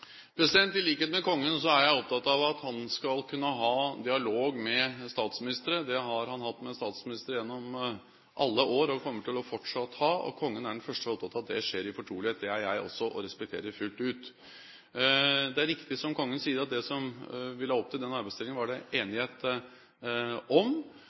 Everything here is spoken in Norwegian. I likhet med kongen er jeg opptatt av at han skal kunne ha dialog med statsministre. Det har han hatt med statsministre gjennom alle år, og det kommer han fortsatt til å ha, og kongen er den første til å være opptatt av at det skjer i fortrolighet. Det er jeg også og respekterer det fullt ut. Det er riktig som kongen sier, at det var enighet om at vi la opp til den arbeidsdelingen.